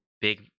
Big